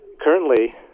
Currently